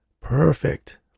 Perfect